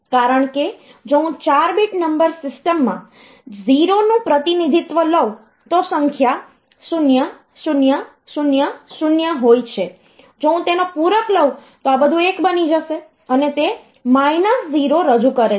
કારણ કે જો હું 4 બીટ નંબર સિસ્ટમમાં 0 નું પ્રતિનિધિત્વ લઉં તો સંખ્યા 0000 હોય છે જો હું તેનો પૂરક લઉં તો આ બધું 1 બની જશે અને તે 0 રજૂ કરે છે